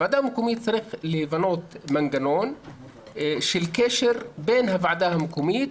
הוועדה המקומית צריכה לבנות מנגנון של קשר בין הוועדה המקומית,